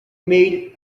made